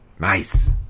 Nice